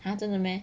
哈真的 meh